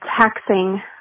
taxing